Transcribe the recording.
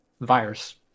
virus